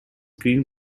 green